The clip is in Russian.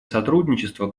сотрудничество